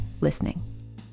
listening